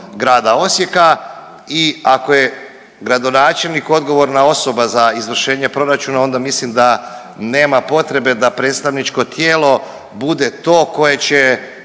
grada Osijeka i ako je gradonačelnik odgovorna osoba za izvršenje proračuna onda mislim da nema potrebe da predstavničko tijelo bude to koje će